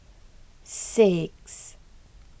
six